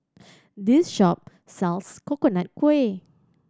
this shop sells Coconut Kuih